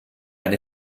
eine